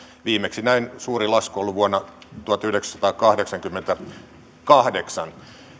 viimeksi näin suuri lasku on ollut vuonna tuhatyhdeksänsataakahdeksankymmentäkahdeksan